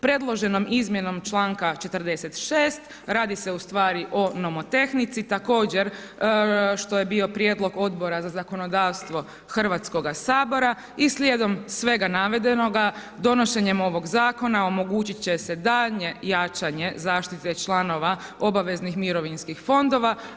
Predloženom izmjenom čl. 46. radi se ustvari o nomotehnici, također, što je bio prijedlog Odbora za zakonodavstvo Hrvatskog sabora i slijedom svega navedenog, donošenje ovog zakona, omogućiti će se daljnje jačanje, zaštite članova obaveznih mirovinskih fondova.